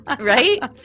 right